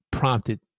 Prompted